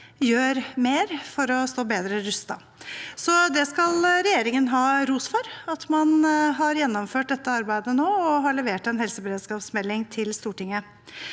gjør mer for å stå bedre rustet. Regjeringen skal ha ros for at man har gjennomført dette arbeidet nå og levert en helseberedskapsmelding til Stortinget.